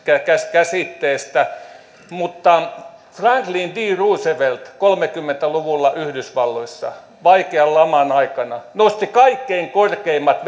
käsitteestä franklin d roosevelt kolmekymmentä luvulla yhdysvalloissa vaikean laman aikana nosti kaikkein korkeimmat